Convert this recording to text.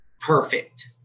perfect